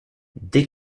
dès